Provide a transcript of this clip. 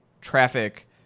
traffic